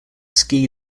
ski